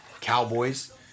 Cowboys